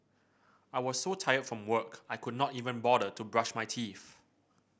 I was so tired from work I could not even bother to brush my teeth